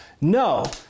No